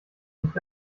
nicht